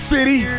City